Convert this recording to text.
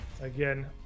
again